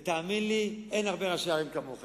שר הפנים, ותאמין לי אין הרבה ראשי ערים כמוך.